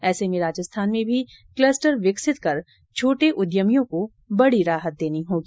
ऐसे में राजस्थान में भी क्लस्टर विकसित कर छोटे उद्यमियों को बड़ी राहत देनी होगी